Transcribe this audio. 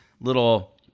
little